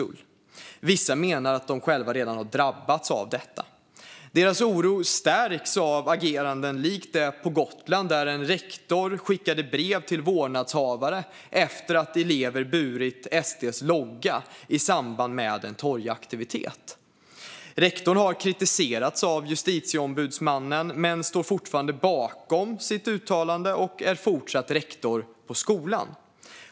Vissa menar att de redan har drabbats av detta. Deras oro stärks av ageranden likt det på Gotland, där en rektor skickade brev till vårdnadshavare efter att elever burit SD:s logga i samband med en torgaktivitet. Rektorn har kritiserats av Justitieombudsmannen men står fortfarande bakom sitt uttalande och fortsätter att vara rektor på skolan.